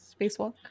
spacewalk